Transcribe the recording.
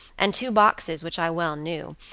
and two boxes, which i well knew,